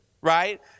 right